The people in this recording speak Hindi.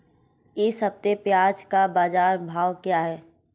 इस हफ्ते प्याज़ का बाज़ार भाव क्या है?